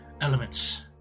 elements